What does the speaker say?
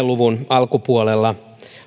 luvun alkupuolella